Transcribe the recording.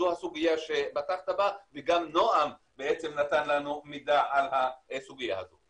הסוגיה שפתחת בה וגם נעם בעצם נתן לנו מידע על הסוגיה הזו.